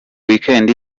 weekend